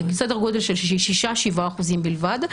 סדר גודל של 6%-7% בלבד.